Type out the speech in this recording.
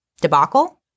Debacle